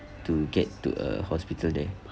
to get to a hospital there